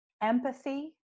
empathy